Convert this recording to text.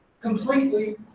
completely